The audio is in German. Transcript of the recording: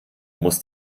muss